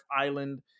island